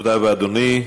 תודה רבה, אדוני.